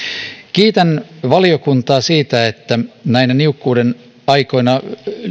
kiitän valiokuntaa siitä että näinä niukkuuden aikoina